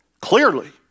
clearly